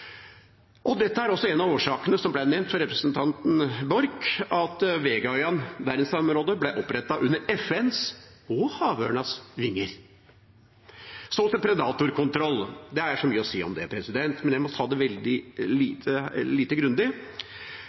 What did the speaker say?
Dette er også en av årsakene til – som det ble nevnt av representanten Borch – at Vegaøyan verdensarvområde ble opprettet under FNs og havørnens vinger. Så til predatorkontroll. Det er mye å si om det, men jeg må ta det veldig lite grundig.